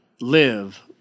Live